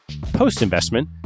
Post-investment